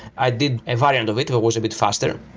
i did a variant of it. ah it was a bit faster.